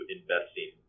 investing